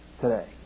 today